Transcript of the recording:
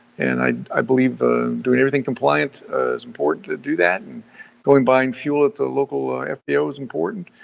and i i believe ah doing everything compliant, it's important to do that, and going and buying fuel at the local ah fbo is important,